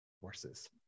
forces